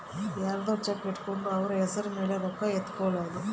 ಯರ್ದೊ ಚೆಕ್ ಇಟ್ಕೊಂಡು ಅವ್ರ ಹೆಸ್ರ್ ಮೇಲೆ ರೊಕ್ಕ ಎತ್ಕೊಳೋದು